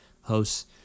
hosts